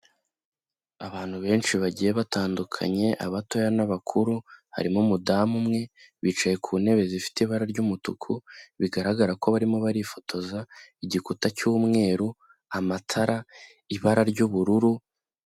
Abantu benshi bagiye batandukanye abatoya n'abakuru, harimo umudamu umwe, bicaye ku ntebe zifite ibara ry'umutuku bigaragara ko barimo barifotoza, igikuta cy'umweru, amatara, ibara ry'ubururu.